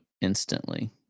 instantly